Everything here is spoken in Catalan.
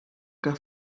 que